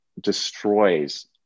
destroys